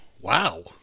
Wow